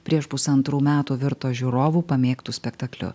prieš pusantrų metų virto žiūrovų pamėgtu spektakliu